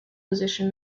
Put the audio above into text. position